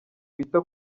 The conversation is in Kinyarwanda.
wita